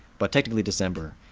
but technically december,